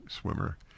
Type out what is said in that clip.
swimmer